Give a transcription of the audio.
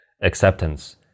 acceptance